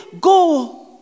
go